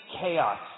chaos